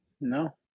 No